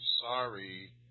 Sorry